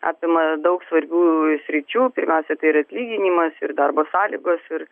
apima daug svarbių sričių pirmiausia tai ir atlyginimas ir darbo sąlygos ir